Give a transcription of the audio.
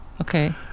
Okay